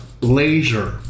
laser